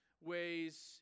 ways